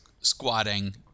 squatting